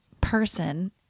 person